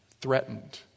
threatened